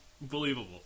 believable